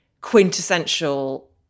quintessential